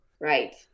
Right